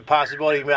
possibility